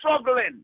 struggling